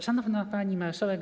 Szanowna Pani Marszałek!